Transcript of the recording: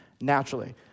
naturally